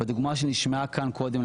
בדוגמה שנשמעה כאן קודם,